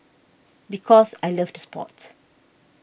because I loved the sport